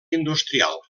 industrial